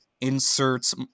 inserts